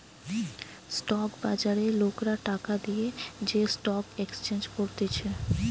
stock বাজারে লোকরা টাকা দিয়ে যে স্টক এক্সচেঞ্জ করতিছে